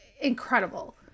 incredible